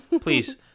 please